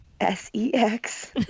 S-E-X